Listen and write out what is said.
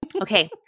Okay